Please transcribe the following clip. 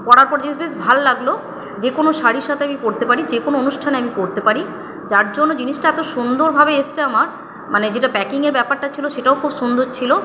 পরার পর জিস বেশ ভাল লাগলো যে কোনো শাড়ির সাথে আমি পরতে পারি যে কোনো অনুষ্ঠানে আমি পরতে পারি যার জন্য জিনিসটা এত সুন্দরভাবে এসসে আমার মানে যেটা প্যাকিংয়ের ব্যাপারটা ছিলো সেটাও খুব সুন্দর ছিলো